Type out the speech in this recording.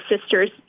sisters